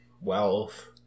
wealth